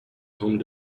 home